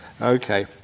Okay